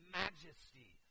majesty